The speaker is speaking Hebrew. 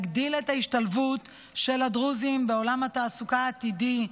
להגדיל את ההשתלבות של הדרוזים בעולם התעסוקה העתידי,